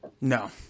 No